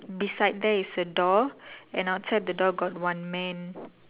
beside there is a door and outside the door got one man